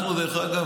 דרך אגב,